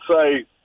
say